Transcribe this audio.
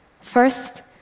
First